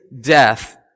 death